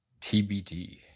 TBD